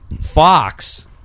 Fox